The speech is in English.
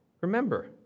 Remember